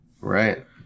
Right